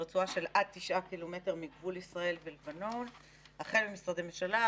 ברצועה של עד תשעה קילומטר מגבול ישראל ולבנון - משרדי ממשלה,